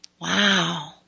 Wow